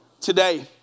Today